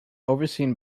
overseen